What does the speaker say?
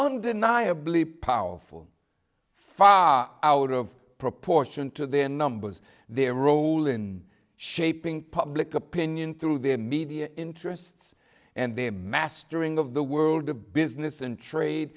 undeniably powerful five out of proportion to their numbers their role in shaping public opinion through their media interests and their mastering of the world of business and trade